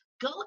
Go